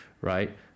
right